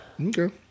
Okay